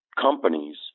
companies